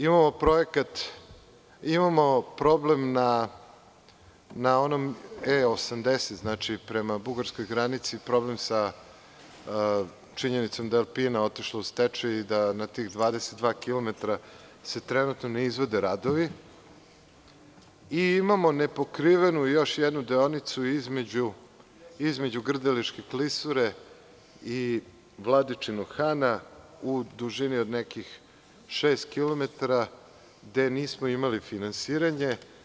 Imamo problem na E-80, prema bugarskoj granici, problem sa činjenicom da je „Alpina“ otišla u stečaj, da se na tih 22 kilometara trenutno ne izvode radovi i imamo nepokrivenu još jednu deonicu između Grdeličke klisure i Vladičinog Hana u dužini od nekih 6 kilometara, gde nismo imali finansiranje.